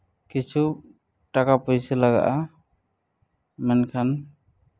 ᱠᱤᱪᱷᱩ ᱴᱟᱠᱟ ᱯᱩᱭᱥᱟᱹ ᱞᱟᱜᱟᱜᱼᱟ ᱢᱮᱱᱠᱷᱟᱱ